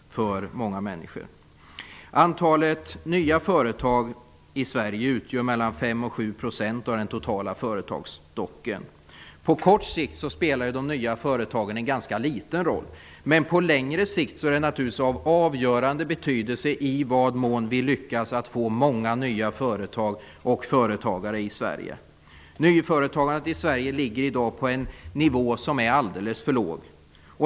Antalet nya företag i Sverige utgör 5-7 % av den totala företagsstocken. På kort sikt spelar de nya företagen en ganska liten roll. Men på längre sikt är det naturligtvis av avgörande betydelse i vad mån vi lyckas att få många nya företag och företagare i Sverige. Nyföretagandet i Sverige ligger i dag på en nivå som är alldeles för låg.